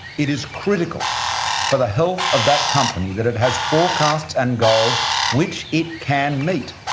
it is critical for the health of that company that it has forecasts and goals which it can meet.